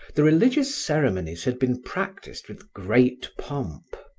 the religious ceremonies had been practiced with great pomp.